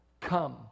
come